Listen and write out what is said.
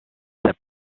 that